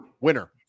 winner